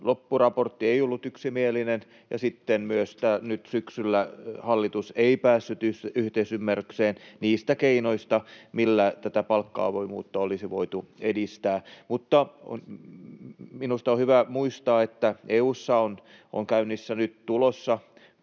loppuraportti ei ollut yksimielinen, ja sitten myöskään nyt syksyllä hallitus ei päässyt yhteisymmärrykseen niistä keinoista, millä palkka-avoimuutta olisi voitu edistää. Mutta minusta on hyvä muistaa, että EU:ssa on nyt tulossa